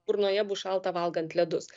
burnoje bus šalta valgant ledus